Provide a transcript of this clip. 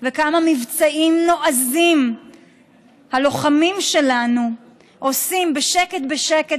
וכמה מבצעים נועזים הלוחמים שלנו עושים בשקט בשקט,